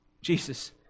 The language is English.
Jesus